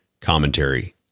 commentary